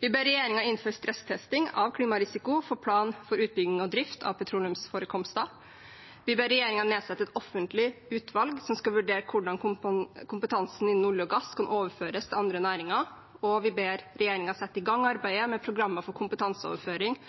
Vi ber regjeringen innføre stresstesting av klimarisiko for plan for utbygging og drift av petroleumsforekomster. Vi ber regjeringen nedsette et offentlig utvalg som skal vurdere hvordan kompetansen innen olje og gass kan overføres til andre næringer. Og vi ber regjeringen sette i gang arbeidet med programmet for kompetanseoverføring